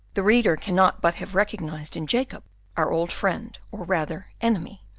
the reader cannot but have recognized in jacob our old friend, or rather enemy,